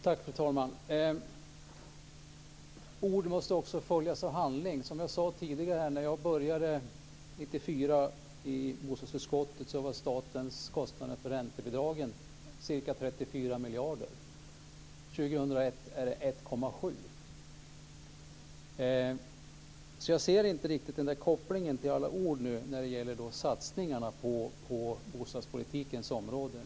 Fru talman! Ord måste också följas av handling. Som jag sade tidigare: När jag började i bostadsutskottet 1994 var statens kostnader för räntebidragen ca 34 miljarder. År 2001 är de 1,7 miljarder. Jag ser därför inte riktigt kopplingen till alla ord när det gäller satsningar på bostadspolitikens område.